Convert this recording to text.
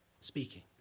speaking